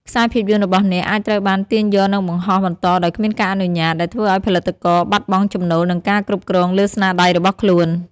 ខ្សែភាពយន្តរបស់អ្នកអាចត្រូវបានទាញយកនិងបង្ហោះបន្តដោយគ្មានការអនុញ្ញាត ដែលធ្វើឱ្យផលិតករបាត់បង់ចំណូលនិងការគ្រប់គ្រងលើស្នាដៃរបស់ខ្លួន។